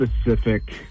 specific